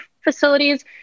facilities